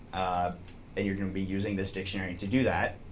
and you're going to be using this dictionary to do that.